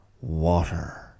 water